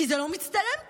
כי זה לא מצטלם טוב,